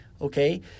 Okay